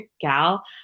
gal